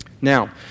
Now